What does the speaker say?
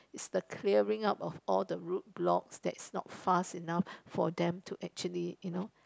is the clearing up of all the roadblocks that's not fast enough for them to actually you know